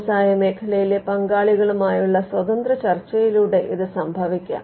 വ്യവസായ മേഖലയിലെ പങ്കാളികളുമായുള്ള സ്വതന്ത്ര ചർച്ചയിലൂടെ ഇത് സംഭവിക്കാം